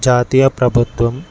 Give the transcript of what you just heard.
జాతీయ ప్రభుత్వం